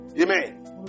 Amen